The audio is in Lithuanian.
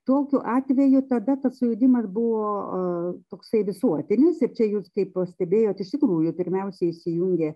tokiu atveju tada tas sujudimas buvo toksai visuotinis ir čia jūs kaip pastebėjot iš tikrųjų pirmiausia įsijungė